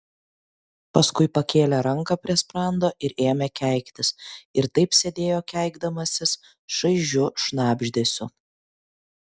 paskui pakėlė ranką prie sprando ir ėmė keiktis ir taip sėdėjo keikdamasis šaižiu šnabždesiu